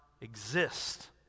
exist